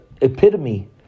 epitome